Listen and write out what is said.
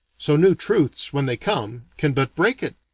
so new truths, when they come, can but break it.